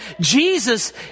Jesus